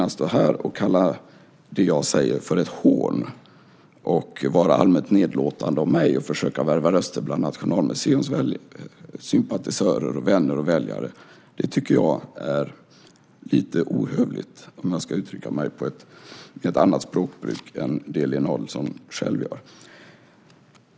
Att stå här och kalla det jag säger för ett hån och att vara allmänt nedlåtande mot mig och försöka värva röster bland Nationalmuseums sympatisörer och vänner och väljare tycker jag är lite ohövligt, om jag ska uttrycka mig med ett annat språkbruk än det som Lena Adelsohn själv använder.